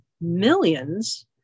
millions